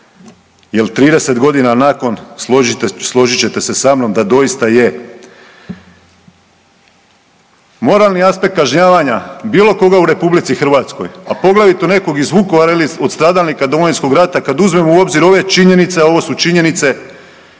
jel 30.g. nakon, složit ćete se sa mnom, da doista je. Moralni aspekt kažnjavanja bilo koga u RH, a poglavito nekog iz Vukovara ili od stradalnika Domovinskog rata kad uzmemo u obzir ove činjenice, a ovo su činjenice